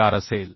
4 असेल